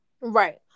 Right